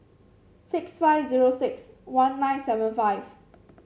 six five zero six one nine seven five